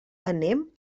anem